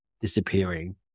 disappearing